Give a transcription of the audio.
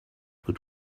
good